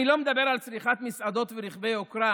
אני לא מדבר על צריכת מסעדות ורכבי יוקרה